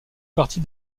partie